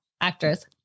actress